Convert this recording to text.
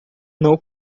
não